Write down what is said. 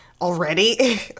already